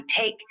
take